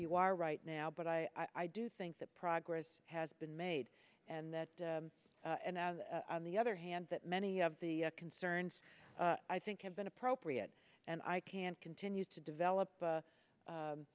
you are right now but i i do think that progress has been made and that on the other hand that many of the concerns i think have been appropriate and i can continue to develop